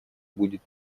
будет